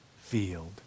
field